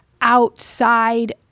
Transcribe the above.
outside